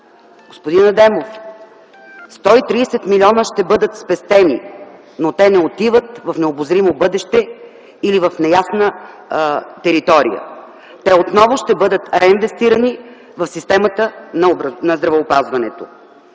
Господин Адемов, 130 милиона ще бъдат спестени, но те не отиват в необозримо бъдеще или в неясна територия. Те отново ще бъдат реинвестирани в системата на здравеопазването.